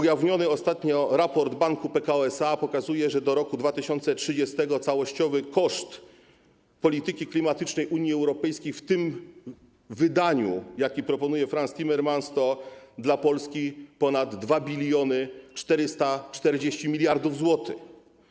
Ujawniony ostatnio raport Banku Pekao SA pokazuje, że do roku 2030 całościowy koszt polityki klimatycznej Unii Europejskiej w tym wydaniu, jakie proponuje Frans Timmermans, to dla Polski ponad 2440 mld zł.